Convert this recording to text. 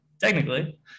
technically